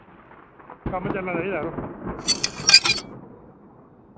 कम्म चलना चाहिदा यरो